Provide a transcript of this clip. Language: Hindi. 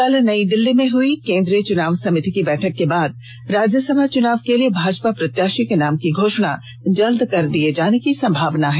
कल नई दिल्ली में हुई केंद्रीय चुनाव समिति की बैठक के बाद राज्यसभा चुनाव के लिए भाजपा प्रत्याषी के नाम की घोषणा जल्द कर दिये जाने की संभावना है